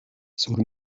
sur